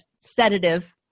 sedative